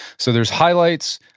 so, there's highlights,